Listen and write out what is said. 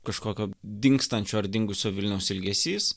kažkokio dingstančio ar dingusio vilniaus ilgesys